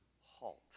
HALT